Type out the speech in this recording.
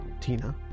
Tina